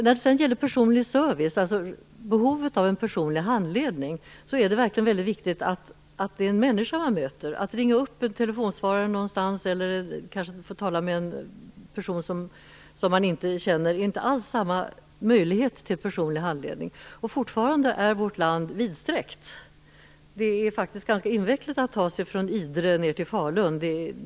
När det sedan gäller personlig service och behovet av en personlig handledning är det väldigt viktigt att det är en människa man möter. Att ringa upp en telefonsvarare någonstans eller få tala med en person som man inte känner ger inte alls samma möjlighet till personlig handledning. Fortfarande är vårt land vidsträckt. Det är faktiskt ganska invecklat att ta sig från Idre ner till Falun.